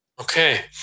Okay